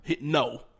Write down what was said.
No